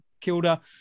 Kilda